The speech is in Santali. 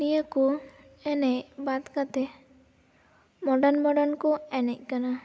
ᱱᱤᱭᱟᱹ ᱠᱚ ᱮᱱᱮᱡ ᱵᱟᱫ ᱠᱟᱛᱮ ᱢᱳᱰᱟᱱ ᱢᱳᱰᱟᱱ ᱠᱚ ᱮᱱᱮᱡ ᱠᱟᱱᱟ